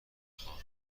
خواهم